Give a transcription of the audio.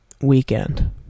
weekend